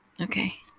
Okay